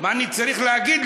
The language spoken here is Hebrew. מה אני צריך להגיד,